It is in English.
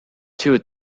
two